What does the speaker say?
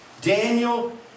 Daniel